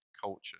culture